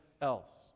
else